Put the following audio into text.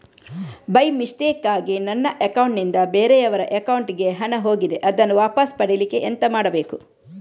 By ಮಿಸ್ಟೇಕಾಗಿ ನನ್ನ account ನಿಂದ ಬೇರೆಯವರ ಅಕೌಂಟ್ ಗೆ ಹಣ ಹೋಗಿದೆ ಅದನ್ನು ವಾಪಸ್ ಪಡಿಲಿಕ್ಕೆ ಎಂತ ಮಾಡಬೇಕು?